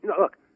look